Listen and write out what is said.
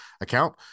account